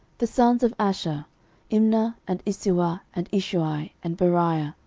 the sons of asher imnah, and isuah, and ishuai, and beriah,